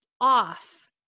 off